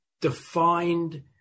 defined